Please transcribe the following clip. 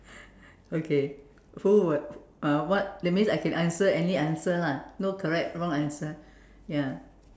okay who what uh what that means I can answer any answer lah no correct wrong answer ya